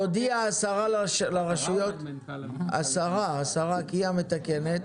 תודיע השרה לרשויות, השרה, כי היא המתקנת